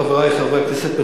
חברי חברי הכנסת,